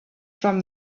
from